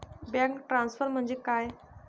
Bank transfer म्हणजे काय?